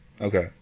Okay